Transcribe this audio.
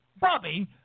Bobby